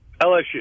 LSU